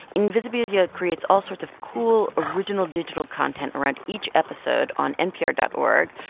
invisibilia creates all sorts of cool, original, digital content around each episode on npr dot org.